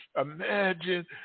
imagine